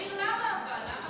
אבל תסביר למה, אבל.